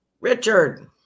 Richard